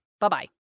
Bye-bye